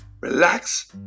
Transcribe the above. relax